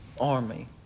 army